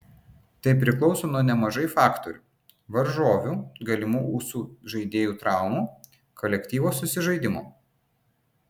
tai priklauso nuo nemažai faktorių varžovių galimų ūsų žaidėjų traumų kolektyvo susižaidimo